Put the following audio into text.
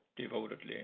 devotedly